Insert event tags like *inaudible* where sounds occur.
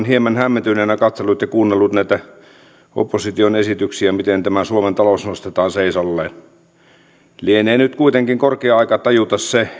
*unintelligible* hieman hämmentyneenä katsellut ja kuunnellut näitä opposition esityksiä miten tämä suomen talous nostetaan seisaalleen lienee nyt kuitenkin korkea aika tajuta se